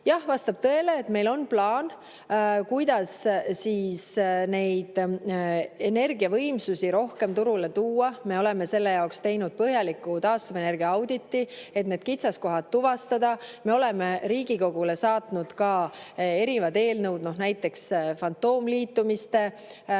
Jah, vastab tõele, et meil on plaan, kuidas neid energiavõimsusi rohkem turule tuua. Me oleme selle jaoks teinud põhjaliku taastuvenergiaauditi, et need kitsaskohad tuvastada. Me oleme Riigikogule saatnud ka erinevad eelnõud, näiteks fantoomliitumiste